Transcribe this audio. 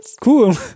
Cool